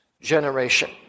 generation